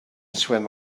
swim